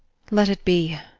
let it be.